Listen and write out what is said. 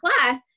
class